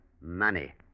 Money